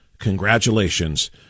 Congratulations